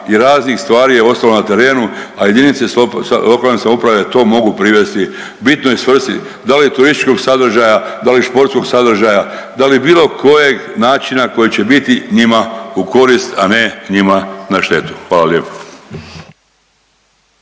i raznih stvari je ostalo na terenu, a jedinice lokalne samouprave to mogu privesti. Bitno je svrsi, sa li je turističkog sadržaja, da li športskog sadržaja, da li bilo kojeg načina koji će biti njima u korist, a ne njima na štetu. Hvala lijepo.